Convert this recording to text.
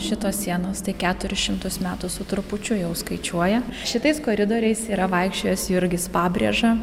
šitos sienos tai keturis šimtus metų su trupučiu jau skaičiuoja šitais koridoriais yra vaikščiojęs jurgis pabrėža